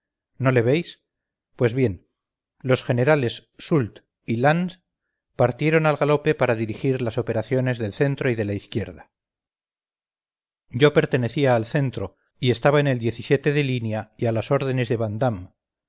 no le veis pues bien los generales soult y lannes partieron al galope para dirigir las operaciones del centro y de la izquierda yo pertenecía al centro y estaba en el de línea y a las órdenes de vandamme